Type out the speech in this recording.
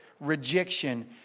rejection